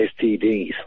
STDs